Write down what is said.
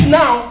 now